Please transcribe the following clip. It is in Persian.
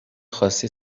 خواستی